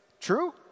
True